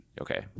okay